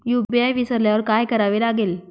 UPI विसरल्यावर काय करावे लागेल?